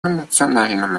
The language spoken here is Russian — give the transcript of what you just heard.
национальным